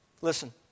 Listen